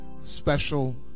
special